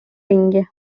ringi